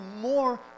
more